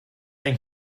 ein